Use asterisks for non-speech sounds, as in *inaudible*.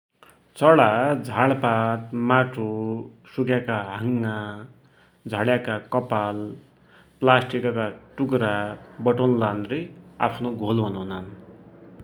*noise* चडा झाड्पात, माटो, सुक्याका हाँगा, झड्याका कपाल, प्लास्टिकका टुक्रा बटुल्लानरे आफ्नो घोल बनुनान। *noise*